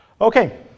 Okay